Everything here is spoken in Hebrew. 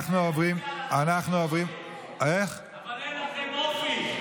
אבל אין לכם אופי.